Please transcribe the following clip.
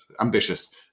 ambitious